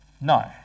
No